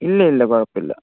ഇല്ലില്ല കുഴപ്പമില്ല